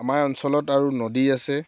আমাৰ অঞ্চলত আৰু নদী আছে